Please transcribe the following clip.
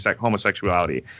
homosexuality